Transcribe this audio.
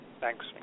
Thanks